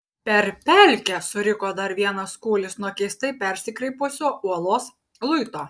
per pelkę suriko dar vienas kūlis nuo keistai persikreipusio uolos luito